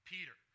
Peter